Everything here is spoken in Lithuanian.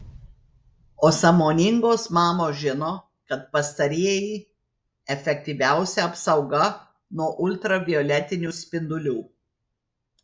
o sąmoningos mamos žino kad pastarieji efektyviausia apsauga nuo ultravioletinių spindulių